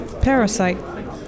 parasite